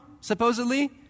supposedly